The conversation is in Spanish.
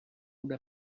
una